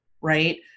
right